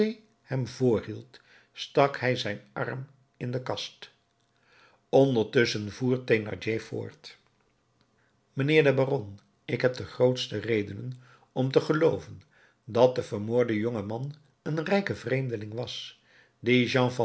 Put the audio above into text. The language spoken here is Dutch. hem voorhield stak hij zijn arm in de kast ondertusschen voer thénardier voort mijnheer de baron ik heb de grootste redenen om te gelooven dat de vermoorde jonge man een rijke vreemdeling was dien